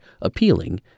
appealing